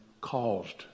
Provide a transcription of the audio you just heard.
caused